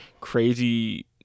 crazy